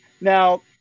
Now